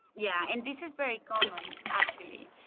yeah and this is very common actually.